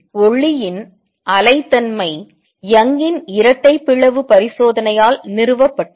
ஒளியின் அலை தன்மை யங்கின் இரட்டை பிளவு Young's double slit பரிசோதனையால் நிறுவப்பட்டது